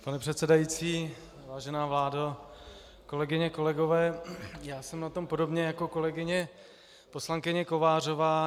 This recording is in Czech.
Pane předsedající, vážená vládo, kolegyně, kolegové, jsem na tom podobně jako kolegyně poslankyně Kovářová.